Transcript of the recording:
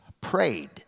prayed